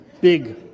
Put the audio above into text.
Big